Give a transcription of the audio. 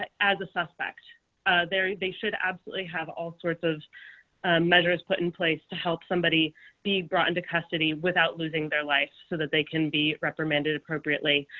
ah as a suspect they should absolutely have all sorts of measures put in place to help somebody be brought into custody without losing their life so that they can be reprimanded appropriately.